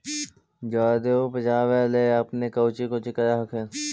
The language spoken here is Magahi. जादे उपजाबे ले अपने कौची कौची कर हखिन?